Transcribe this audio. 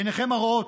עיניכם הרואות,